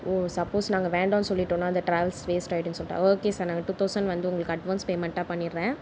ஓ suppose நாங்கள் வேண்டாம்னு சொல்லிவிட்டோம்னா அந்த டிராவல்ஸ் வேஸ்ட்டாகிடும்னு சொல்லிவிட்டா ஓகே சார் நாங்கள் டூ தௌசண்ட் வந்து உங்களுக்கு அட்வான்ஸ் பேமெண்ட்டாக பண்ணிவிடுறேன்